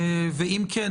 ואם כן,